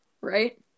right